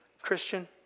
Christian